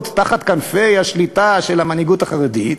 תחת כנפי השליטה של המנהיגות החרדית?